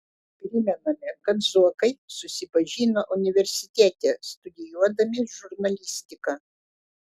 primename kad zuokai susipažino universitete studijuodami žurnalistiką